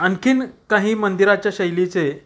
आणखी काही मंदिराच्या शैलीचे